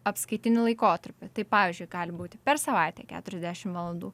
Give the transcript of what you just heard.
apskaitinį laikotarpį tai pavyzdžiui gali būti per savaitę keturiasdešim valandų